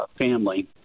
family